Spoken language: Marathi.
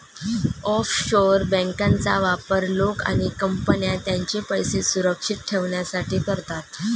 ऑफशोअर बँकांचा वापर लोक आणि कंपन्या त्यांचे पैसे सुरक्षित ठेवण्यासाठी करतात